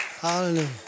Hallelujah